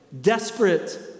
Desperate